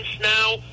now